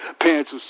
Parents